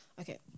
Okay